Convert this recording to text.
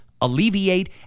alleviate